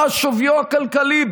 מה שוויו הכלכלי,